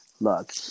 look